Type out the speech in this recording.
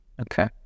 Okay